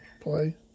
play